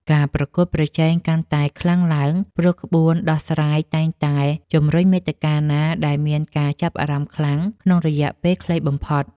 ការប្រកួតប្រជែងកាន់តែខ្លាំងឡើង ព្រោះក្បួនដោះស្រាយតែងតែជំរុញមាតិកាណាដែលមានការចាប់អារម្មណ៍ខ្លាំងក្នុងរយៈពេលខ្លីបំផុត។